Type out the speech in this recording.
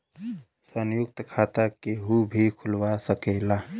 संयुक्त खाता केहू भी खुलवा सकेला